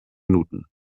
minuten